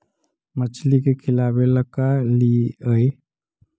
मछली के खिलाबे ल का लिअइ?